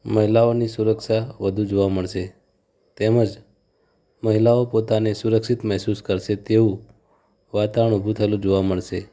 મહિલાઓની સુરક્ષા વધુ જોવા મળશે તેમજ મહિલાઓ પોતાને સુરક્ષિત મહેસૂસ કરશે તેવું વાતાવરણ ઉભું થયેલું જોવા મળશે